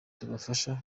tubafasha